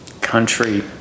country